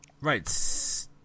right